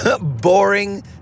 boring